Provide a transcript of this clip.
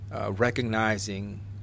Recognizing